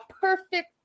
perfect